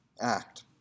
act